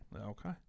Okay